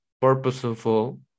purposeful